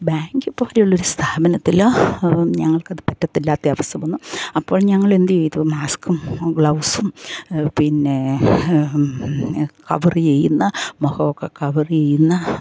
bank പോലുള്ള ഒരു സ്ഥാപനത്തിൽ ഞങ്ങൾക്കത് പറ്റത്തില്ല ദിവസവും അപ്പോൾ ഞങ്ങൾ എന്ത് ചെയ്തു മാസ്ക്കും ഗ്ലൗസും പിന്നെ കവർ ചെയ്യുന്ന മുഖം ഒക്കെ കവർ ചെയ്യുന്ന